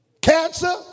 Cancer